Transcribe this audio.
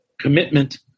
commitment